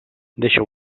deixa